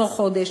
בתוך חודש,